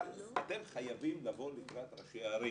אתם חייבים לבוא לקראת ראשי הערים.